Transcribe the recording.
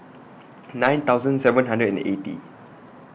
nine thousand seven hundred and eighty